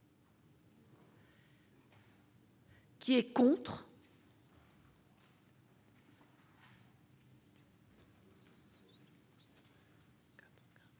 Qui est contre,